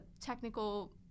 technical